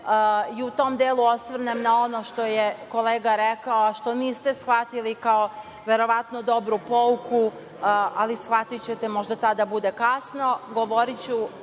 i u tom delu osvrnem na ono što je kolega rekao, a što niste shvatili kao verovatno dobru pouku, ali shvatićete, možda tada bude kasno,